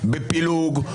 בפילוג,